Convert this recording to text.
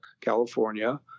California